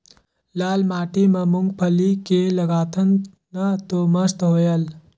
लाल माटी म मुंगफली के लगाथन न तो मस्त होयल?